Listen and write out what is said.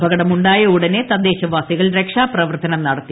അപകടം ഉണ്ടായ ഉടനെ തദ്ദേശവാസികൾ രക്ഷാപ്രവർത്തനം നടത്തി